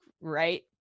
right